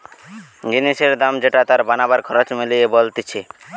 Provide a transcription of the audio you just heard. জিনিসের দাম যেটা তার বানাবার খরচ মিলিয়ে বলতিছে